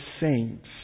saints